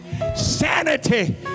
Sanity